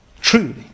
Truly